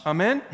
Amen